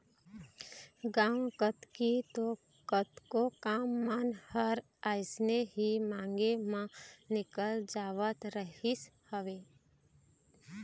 गांव कोती तो कतको काम मन ह अइसने ही मांगे म निकल जावत रहिस हवय